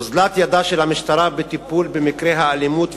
אוזלת ידה של המשטרה בטיפול במקרי האלימות,